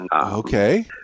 Okay